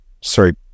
sorry